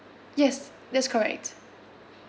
yes that's correct